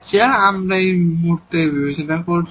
যা আমরা এই মুহূর্তে বিবেচনা করছি